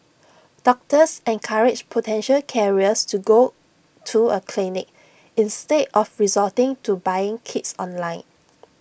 doctors encouraged potential carriers to go to A clinic instead of resorting to buying kits online